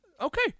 Okay